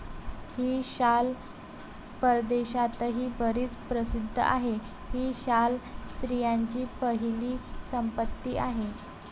ही शाल परदेशातही बरीच प्रसिद्ध आहे, ही शाल स्त्रियांची पहिली पसंती आहे